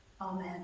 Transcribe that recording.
Amen